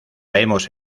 hemos